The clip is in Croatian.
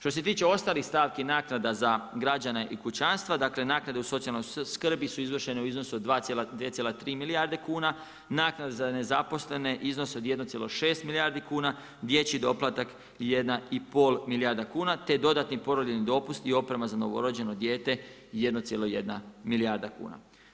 Što se tiče ostalih stavki naknada za građane i kućanstva, dakle naknade u socijalnoj skrbi su izvršene u iznosu od 2,3 milijarde kuna, naknade za nezaposlene iznose od 1,6 milijardi kuna, dječji doplatak 1,5 milijarda kuna, te dodatni porodiljin dopust i oprema za novorođeno dijete 1,1 milijarda kuna.